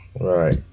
right